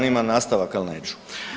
Ima nastavak, ali neću.